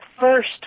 first